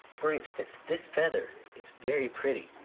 for instance, this feather is very pretty,